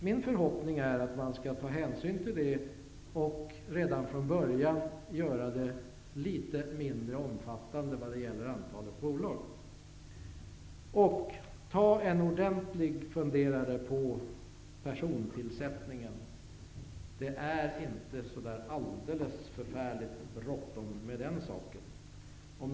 Min förhoppning är att man skall ta hänsyn till det och redan från början göra det hela litet mindre omfattande vad gäller antalet bolag. Tag en ordentlig funderare på persontillsättningen. Det är inte så där förfärligt bråttom med den saken.